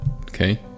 okay